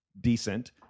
decent